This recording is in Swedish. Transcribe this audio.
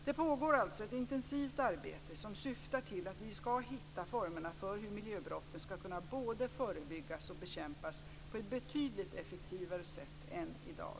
Det pågår alltså ett intensivt arbete som syftar till att vi skall hitta formerna för hur miljöbrotten skall kunna både förebyggas och bekämpas på ett betydligt effektivare sätt än i dag.